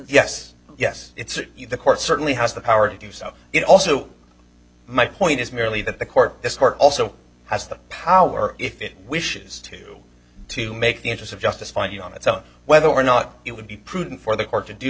yes yes it's the court certainly has the power to do so it also my point is merely that the court this court also has the power if it wishes to to make the interest of justice find you on its own whether or not it would be prudent for the court to do